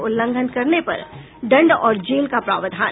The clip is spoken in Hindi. उल्लंघन करने पर दंड और जेल का प्रावधान